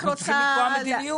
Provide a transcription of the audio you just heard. אנחנו צריכים לקבוע מדיניות.